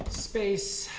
space